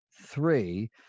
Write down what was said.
three